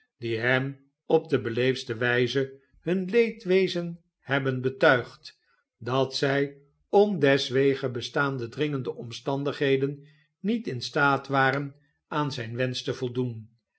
die hem op de beleefdste wh'ze hun leedwezen hebben betuigd dat zij om deswege bestaande dringende omstandigheden niet in staat waren aan zijn wensch te voldoen